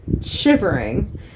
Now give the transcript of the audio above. shivering